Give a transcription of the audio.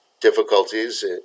difficulties